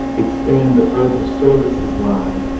expand the urban services line,